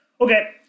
Okay